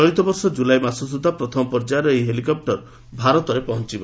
ଚଳିତ ବର୍ଷ ଜୁଲାଇ ମାସ ସୁଦ୍ଧା ପ୍ରଥମ ପର୍ଯ୍ୟାୟର ଏହି ହେଲିକପ୍ଟର ଭାରତରେ ପହଞ୍ଚିବ